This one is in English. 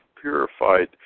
purified